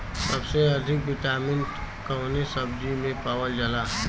सबसे अधिक विटामिन कवने सब्जी में पावल जाला?